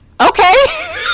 okay